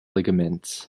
ligaments